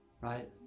right